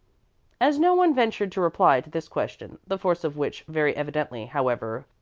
as no one ventured to reply to this question, the force of which very evidently, however,